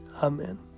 Amen